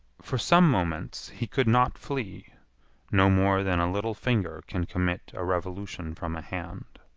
for some moments he could not flee no more than a little finger can commit a revolution from a hand.